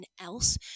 else